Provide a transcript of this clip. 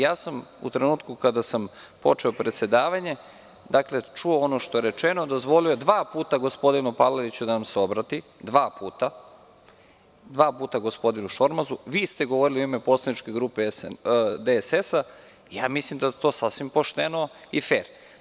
Ja sam, u trenutku kada sam počeo predsedavanje, čuo ono što je rečeno, dozvolio dva puta gospodinu Palaliću da nam se obrati, dva puta gospodinu Šormazu, vi ste govorili u ime poslaničke grupe DSS i mislim da je to sasvim pošteno i fer.